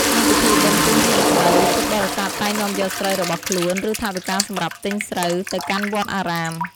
ក្នុងពិធីបុណ្យពូនភ្នំស្រូវ ពុទ្ធបរិស័ទតែងនាំយកស្រូវរបស់ខ្លួន ឬថវិកាសម្រាប់ទិញស្រូវ ទៅកាន់វត្តអារាម។